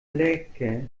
lecker